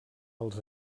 als